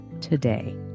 today